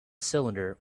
cylinder